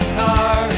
car